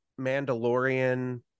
Mandalorian